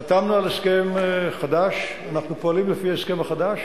חתמנו על הסכם חדש, אנחנו פועלים לפי ההסכם החדש,